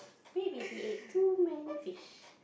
maybe he ate too many fish